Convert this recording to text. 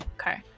Okay